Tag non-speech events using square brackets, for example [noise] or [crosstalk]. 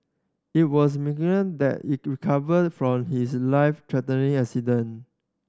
it was [unintelligible] that he recovered from his life threatening accident